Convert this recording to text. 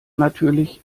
natürlich